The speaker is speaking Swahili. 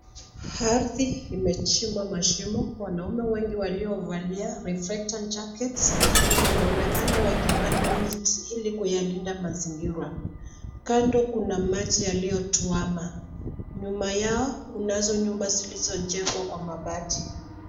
Ardhi imechimbwa mashimo. Wanaume wengi waliovalia cs[reflector jackets]cs wanaonekana wakipanda miti ili kuyalinda mazingira. Kando kuna maji yaliyotuama. Nyuma yao kunazo nyumba zilizojengwa kwa mabati.